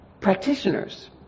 practitioners